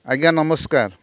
ଆଜ୍ଞା ନମସ୍କାର